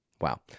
Wow